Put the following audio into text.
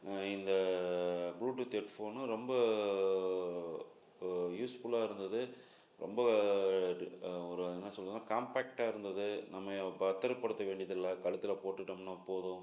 நான் இந்த bluetooth headphone ரொம்ப யூஸ்ஃபுல்லாக இருந்தது ரொம்ப ஒரு என்ன சொல்கிறதுனா காம்பேக்ட்டாக இருந்தது நம்ம எ அ பத்திரப்படுத்த வேண்டியதில்லை கழுத்துல போட்டுட்டோம்னா போதும்